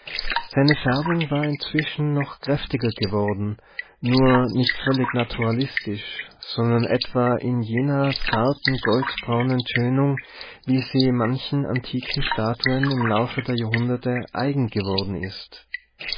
seine färbung war inzwischen noch kräftiger geworden nur nicht völlig naturalistisch sondern etwa in jener zarten goldbraunen tönung wie sie manchen antiken statuen im laufe der jahrhunderte eigen geworden ist